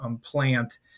plant